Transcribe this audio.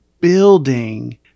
building